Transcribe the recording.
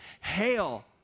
Hail